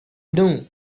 know